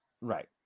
Right